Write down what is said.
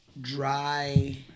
dry